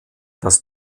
das